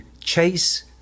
chase